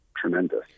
tremendous